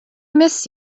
miss